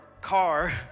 car